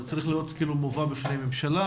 זה צריך להיות מובא בפני הממשלה?